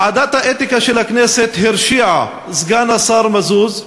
ועדת האתיקה של הכנסת הרשיעה את סגן השר מזוז,